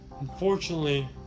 Unfortunately